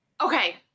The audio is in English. okay